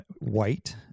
white